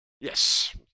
Yes